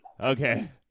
Okay